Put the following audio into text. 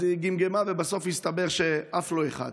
היא גמגמה ובסוף הסתבר שאף לא אחד.